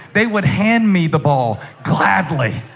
they would hand me the ball gladly